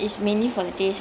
oh okay